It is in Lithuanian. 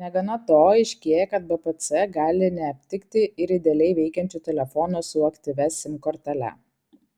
negana to aiškėja kad bpc gali neaptikti ir idealiai veikiančio telefono su aktyvia sim kortele